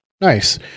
Nice